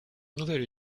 nouvelle